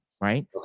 Right